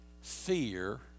fear